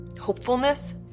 hopefulness